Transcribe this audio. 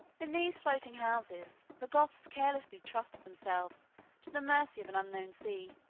in these floating houses, the goths carelessly trusted themselves to the mercy of an unknown sea,